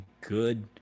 good